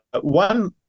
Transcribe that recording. one